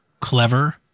clever